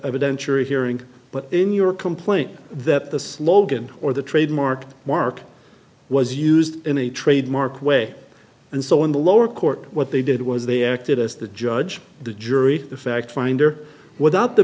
bench or a hearing but in your complaint that the slogan or the trademark work was used in a trademark way and so in the lower court what they did was they acted as the judge the jury the fact finder without the